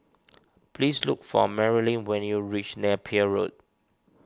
please look for Marilyn when you reach Napier Road